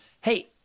Hey